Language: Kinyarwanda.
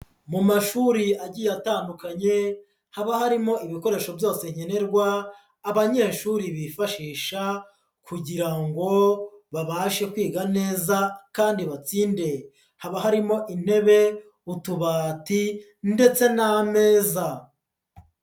Mu mashuri agiye atandukanye haba harimo ibikoresho byose nkenerwa abanyeshuri bifashisha kugira ngo babashe kwiga neza kandi batsinde, haba harimo intebe, utubati ndetse n'ameza.